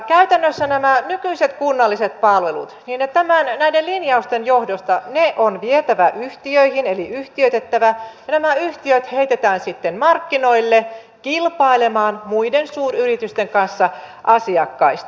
käytännössä nämä nykyiset kunnalliset palvelut näiden linjausten johdosta on vietävä yhtiöihin eli yhtiöitettävä ja nämä yhtiöt heitetään sitten markkinoille kilpailemaan muiden suuryritysten kanssa asiakkaista